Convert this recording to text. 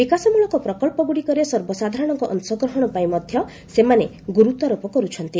ବିକାଶମୂଳକ ପ୍ରକଳ୍ପଗୁଡ଼ିକରେ ସର୍ବସାଧାରଣଙ୍କ ଅଂଶଗ୍ରହଣ ପାଇଁ ମଧ୍ୟ ସେମାନେ ଗୁରୁତ୍ୱଆରୋପ କରୁଛନ୍ତି